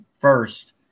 first